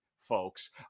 folks